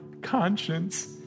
conscience